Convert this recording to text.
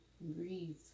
breathe